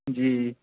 जी